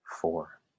Four